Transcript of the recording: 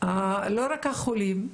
לא רק החולים,